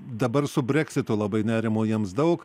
dabar su breksitu labai nerimo jiems daug